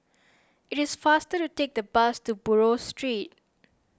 it is faster to take the bus to Buroh Street